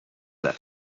that